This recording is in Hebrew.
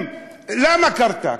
למה קרתה?